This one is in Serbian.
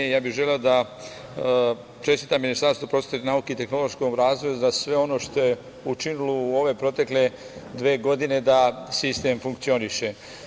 Želeo bih da čestitam Ministarstvu prosvete, nauke i tehnološkom razvoju za sve ono što je učinilo u ove protekle dve godine da sistem funkcioniše.